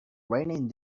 raining